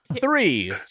three